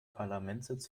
parlamentssitz